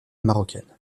marocaine